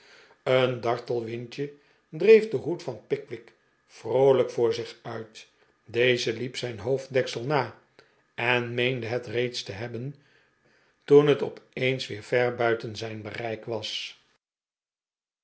een dartel windje dreef den hoed van pickwick vroolijk voor zich uit deze hep zijn hoofddeksel na en meende het reeds te hebben toen het op eens weer ver buiten zijn bereik was